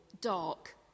dark